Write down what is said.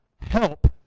help